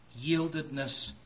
yieldedness